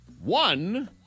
One